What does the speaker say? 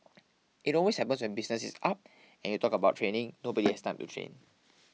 it always happens when business is up and you talk about training nobody has time to train